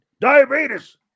Diabetes